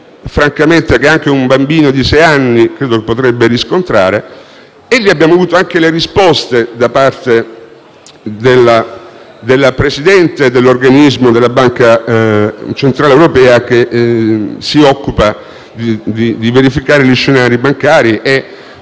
francamente, anche un bambino di sei anni potrebbe riscontrare. Abbiamo quindi avuto le risposte da parte del Presidente della Banca centrale europea, che si occupa di verificare gli scenari bancari e